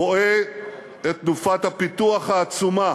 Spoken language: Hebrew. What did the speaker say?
רואה את תנופת הפיתוח העצומה